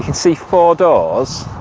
and see four doors